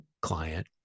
client